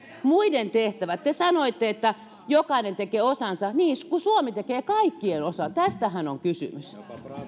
muiden tehtävät te sanoitte että jokainen tekee osansa niin kun suomi tekee kaikkien osat tästähän on kysymys